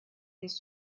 des